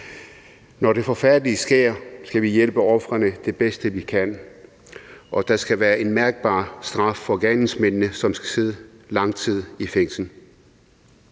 Når det forfærdelige sker, skal vi hjælpe ofrene det bedste, vi kan, og der skal være en mærkbar straf til gerningsmændene, som skal sidde lang tid i fængsel.